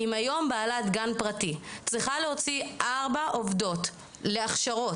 אם היום בעלת גן פרטי צריכה להוציא ארבע עובדות להכשרות,